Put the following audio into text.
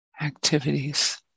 activities